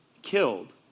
killed